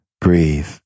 Breathe